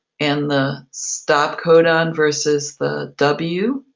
and the stop codon versus the w.